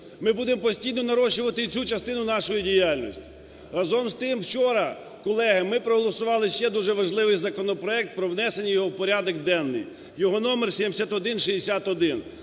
Ми будемо постійно нарощувати цю частину нашої діяльності. Разом з тим, вчора, колеги, ми проголосували ще дуже важливий законопроект про внесення його в порядок денний, його номер 7161.